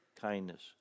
kindness